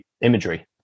imagery